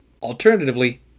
Alternatively